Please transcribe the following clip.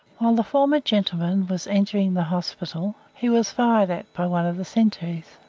while the former gentleman was entering the hospital he was fired at by one of the sentries.